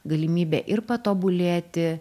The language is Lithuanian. galimybę ir patobulėti